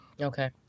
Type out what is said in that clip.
Okay